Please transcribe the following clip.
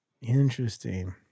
Interesting